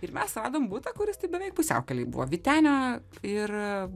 ir mes radom butą kuris taip beveik pusiaukelėj buvo vytenio ir